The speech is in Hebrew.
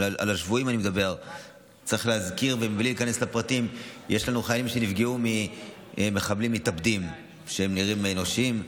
יש לנו חיילים שנפגעו ממחבלים מתאבדים שנראים אנושיים,